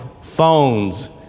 Phones